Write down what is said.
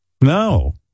No